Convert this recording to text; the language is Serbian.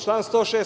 Član 106.